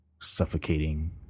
suffocating